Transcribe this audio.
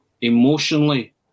emotionally